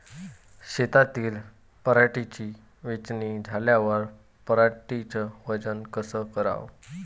शेतातील पराटीची वेचनी झाल्यावर पराटीचं वजन कस कराव?